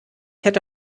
hätte